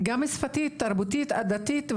גם שפתית, תרבותית, עדתית.